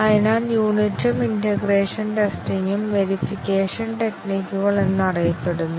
അതിനാൽ യൂണിറ്റും ഇന്റേഗ്രേഷൻ ടെസ്റ്റിങും വേരിഫിക്കേഷൻ ടെക്നികുകൾ എന്നറിയപ്പെടുന്നു